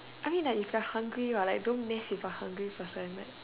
I mean if you are like hungry like don't mess with a hungry person like